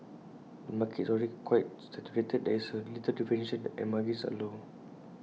the market is also already quite saturated there is A little differentiation and margins are low